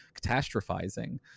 catastrophizing